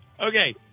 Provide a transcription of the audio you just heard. Okay